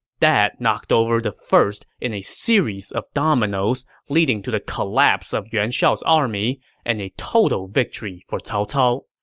that knocked over the first of a series of dominoes, leading to the collapse of yuan shao's army and a total victory for cao cao.